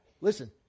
Listen